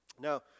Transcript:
Now